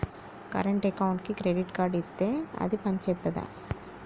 Current అకౌంట్కి credit card ఇత్తే అది పని చేత్తదా?